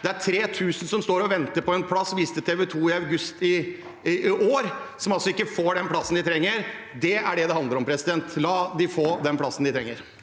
Det er 3 000 som venter på en plass, viste TV 2 i august i år. De får ikke den plassen de trenger. Det er det det handler om: La de få den plassen de trenger.